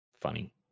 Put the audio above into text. funny